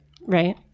Right